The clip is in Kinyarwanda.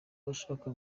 bashaka